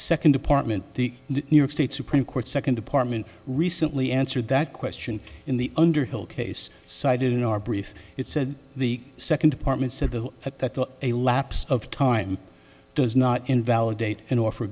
second department the new york state supreme court second department recently answered that question in the underhill case cited in our brief it said the second department said the at that a lapse of time does not invalidate an offer